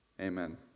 amen